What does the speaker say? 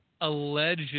alleged